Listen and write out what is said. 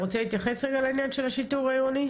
אתה רוצה להתייחס לעניין של השיטור העירוני?